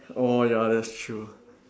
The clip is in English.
oh ya that's true